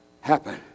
happen